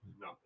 no